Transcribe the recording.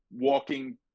walking